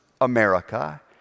America